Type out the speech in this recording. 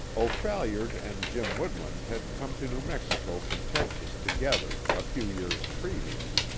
o'phalliard and jim woodland had come to new mexico from texas together, a few years previous.